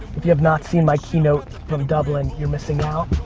if you have not seen my keynote from dublin you're missing out.